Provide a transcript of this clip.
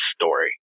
story